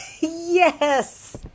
Yes